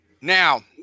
now